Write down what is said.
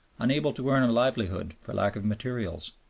unable to earn a livelihood for lack of materials,